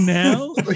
now